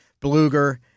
Bluger